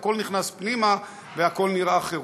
הכול נכנס פנימה והכול נראה חירום.